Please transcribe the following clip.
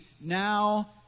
now